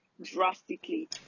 drastically